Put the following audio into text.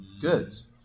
goods